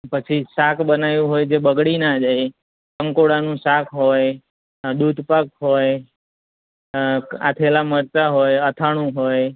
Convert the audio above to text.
પછી શાક બનાવ્યું હોય જે બગડી ના જાય કંકોડાનું શાક હોય દૂધપાક હોય આથેલાં મરચાં હોય અથાણું હોય